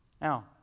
Now